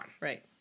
Right